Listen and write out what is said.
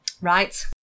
Right